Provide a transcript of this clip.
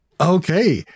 Okay